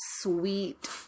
sweet